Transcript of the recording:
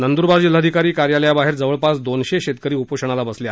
नंद्रबार जिल्ह्याधिकारी कार्यालयाबाहेर जवळपास दोनशे शेतकरी उपोषणाला बसले आहेत